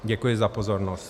Děkuji za pozornost.